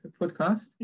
podcast